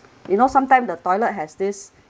you know sometime the toilet has this